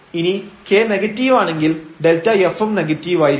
ഇനി k നെഗറ്റീവാണെങ്കിൽ Δf ഉം നെഗറ്റീവ് ആയിരിക്കും